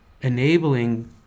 enabling